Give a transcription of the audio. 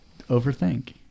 overthink